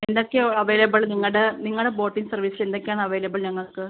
എന്തൊക്കെയാണ് അവൈലബിൾ നിങ്ങളുടെ നിങ്ങളെ ബോട്ടിംഗ് സർവീസ് എന്തൊക്കെയാണ് അവൈലബിൾ ഞങ്ങൾക്ക്